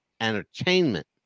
Entertainment